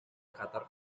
qatar